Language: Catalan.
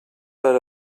per